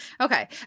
Okay